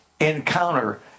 encounter